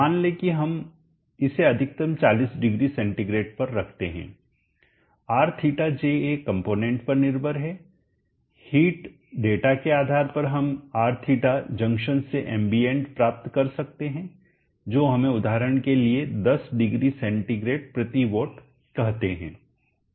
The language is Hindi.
मान लें कि हम इसे अधिकतम 400C पर रखते हैं RθJA कंपोनेंट पर निर्भर है हीट डेटा के आधार पर हम Rθ जंक्शन से एम्बिएंट प्राप्त कर सकते हैं जो हमें उदाहरण के लिए 100CW कहते हैं